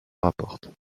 rapporte